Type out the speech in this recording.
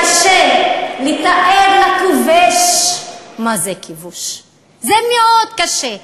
קשה לתאר לכובש מה זה כיבוש, זה מאוד קשה.